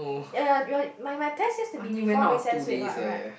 ya ya my my test used to be before recess week [what] right